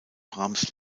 brahms